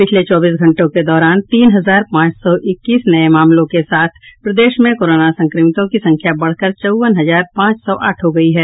पिछले चौबीस घंटों के दौरान तीन हजार पांच सौ इक्कीस नये मामलों के साथ प्रदेश में कोरोना संक्रमितों की संख्या बढ़कर चौवन हजार पांच सौ आठ हो गयी है